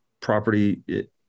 property